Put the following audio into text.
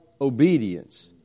obedience